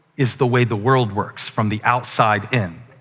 is the way the world works from the outside in.